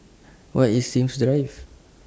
Where IS Sims Drive